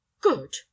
good